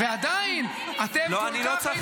ועדיין אתם כל כך הייתם רוצים לעמוד --- לא.